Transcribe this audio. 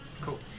Cool